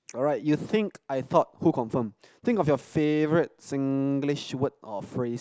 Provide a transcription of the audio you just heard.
all right you think I thought who confirm think of your favorite Singlish word or phrase